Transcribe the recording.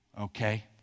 okay